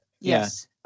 Yes